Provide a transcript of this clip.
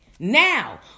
Now